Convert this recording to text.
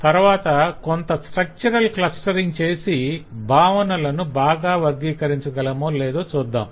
తరవాత కొంత structural clustering చేసి భావనలను బాగా వర్గీకరించగలమో లేదో చూద్దాం